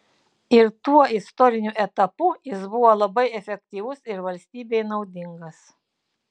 ir tuo istoriniu etapu jis buvo labai efektyvus ir valstybei naudingas